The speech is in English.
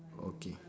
okay